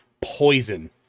poison